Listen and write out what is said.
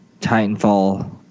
Titanfall